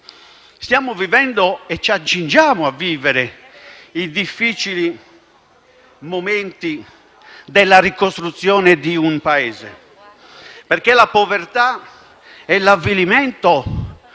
stiamo vivendo e ci accingiamo a vivere i difficili momenti della ricostruzione di un Paese, perché la povertà e l'avvilimento